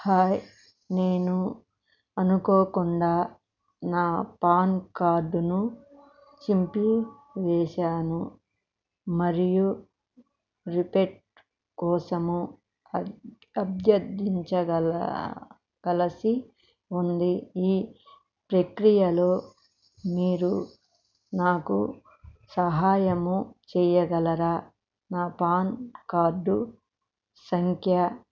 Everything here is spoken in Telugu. హాయ్ నేను అనుకోకుండా నా పాన్ కార్డును చింపి వేశాను మరియు రీప్రింట్ కోసం అ అభ్యర్థించవలసి ఉంది ఈ ప్రక్రియలో మీరు నాకు సహాయము చేయగలరా నా పాన్ కార్డు సంఖ్య